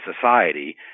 society